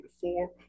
four